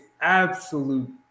absolute